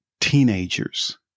teenagers